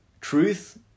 truth